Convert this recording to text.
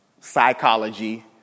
Psychology